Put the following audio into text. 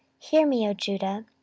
hear me, o judah,